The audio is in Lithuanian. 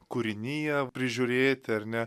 kūriniją prižiūrėti ar ne